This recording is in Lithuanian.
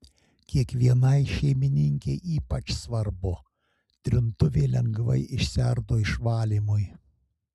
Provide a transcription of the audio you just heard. kiekvienai šeimininkei ypač svarbu trintuvė lengvai išsiardo išvalymui